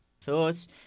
thoughts